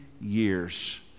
years